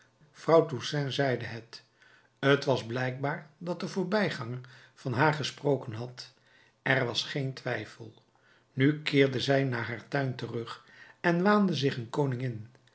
vrouw toussaint zeide het t was blijkbaar dat de voorbijganger van haar gesproken had er was geen twijfel nu keerde zij naar den tuin terug en waande zich een koningin